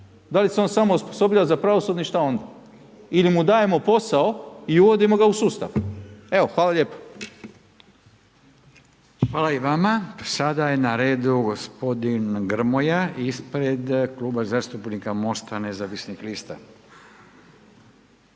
Da li se on samo osposobljava za pravosudni i šta onda? Ili mu dajemo posao i uvodimo ga u sustav. Evo. Hvala lijepo. **Radin, Furio (Nezavisni)** Hvala i vama. Sada je na redu gospodin Grmoja ispred Kluba zastupnika Mosta nezavisnih lista.